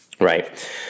Right